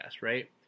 right